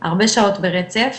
הרבה שעות ברצף,